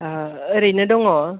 ओरैनो दङ